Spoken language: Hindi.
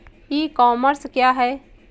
ई कॉमर्स क्या है?